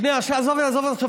שקרן, עליו אתה נשען?